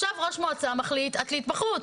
עכשיו ראש מועצה מחליט עתלית בחוץ.